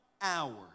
hour